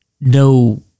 no